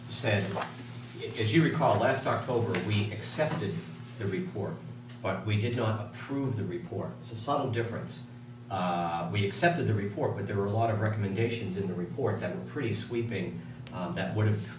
if you recall last october we accepted the report but we did not prove the report it's a subtle difference we accepted the report but there are a lot of recommendations in the report that are pretty sweeping that would have